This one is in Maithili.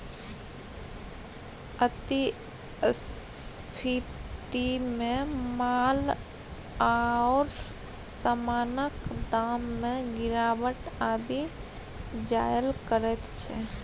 अति स्फीतीमे माल आओर समानक दाममे गिरावट आबि जाएल करैत छै